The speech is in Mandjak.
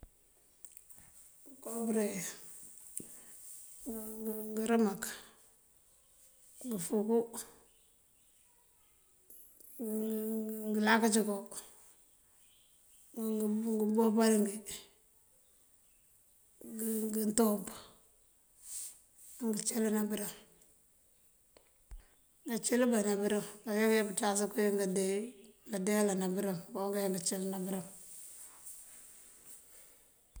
Ngënko bëreŋ: ngërëmak, ngëfuugú, ngëlakëcë book, ngëbopalëngí, ngëntump ajo ngëncilëna bërëmb. Ngaancílënáa ná bërëm aja ngëroŋ ngëya këya pëënţas koowii ngëndee. Báandeela na barëmb kooŋun ngáajá ngëcilëna bërëmb.